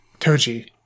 Toji